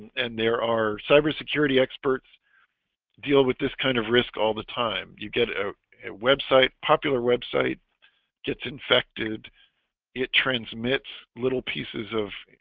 and there are cyber security experts deal with this kind of risk all the time you get ah a website popular website gets infected it transmits little pieces of